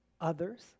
others